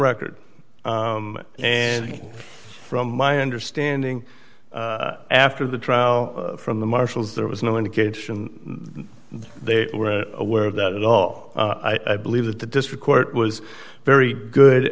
record and from my understanding after the trial from the marshals there was no indication they were aware of that at all i believe that the district court was very good